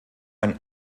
ein